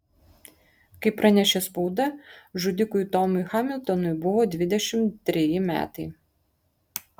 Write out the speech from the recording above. kaip pranešė spauda žudikui tomui hamiltonui buvo dvidešimt treji metai